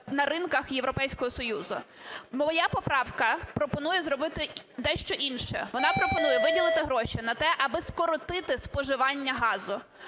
на ринках Європейського Союзу. Моя поправка пропонує зробити дещо інше. Вона пропонує виділити гроші на те, аби скоротити споживання газу.